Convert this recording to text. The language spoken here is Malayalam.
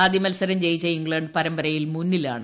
ആദ്യ മത്സരം ജയിച്ച ഇംഗ്ലണ്ട് പരമ്പരയിൽ മുന്നിലാണ്